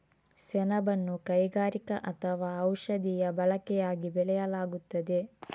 ಸೆಣಬನ್ನು ಕೈಗಾರಿಕಾ ಅಥವಾ ಔಷಧೀಯ ಬಳಕೆಯಾಗಿ ಬೆಳೆಯಲಾಗುತ್ತದೆ